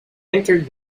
entered